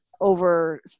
over